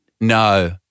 No